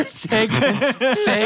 segments